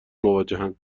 مواجهاند